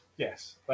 Yes